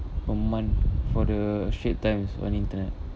per month for the straits times on internet